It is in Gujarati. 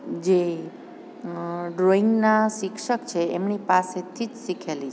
જે ડ્રોઈંગનાં શિક્ષક છે એમની પાસેથી જ શીખેલી